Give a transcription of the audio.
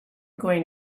going